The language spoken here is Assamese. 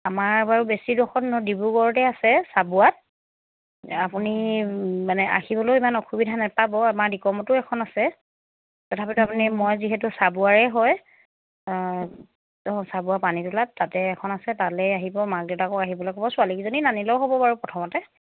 আমাৰ বাৰু বেছি ডোখৰত নহয় ডিব্ৰুগড়তে আছে চাবুৱাত আপুনি মানে আহিবলৈয়ো ইমান অসুবিধা নেপাব আমাৰ নিগমতো এখন আছে তথাপিতো আপুনি মই যিহেতু চাবুৱাৰে হয় অঁ অঁ চাবুৱা পানী তোলাত তাতে এখন আছে তালৈয়ে আহিব মাক দেউতাককো আহিবলৈ ক'ব ছোৱালীকেইজনী নানিলেও হ'ব বাৰু প্ৰথমতে